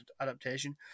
adaptation